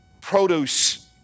Produce